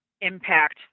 impact